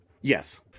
Yes